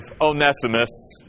Onesimus